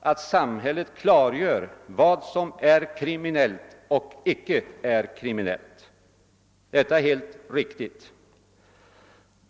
att samhället klargör vad som är kriminellt och inte kriminellt. Detta är helt riktigt.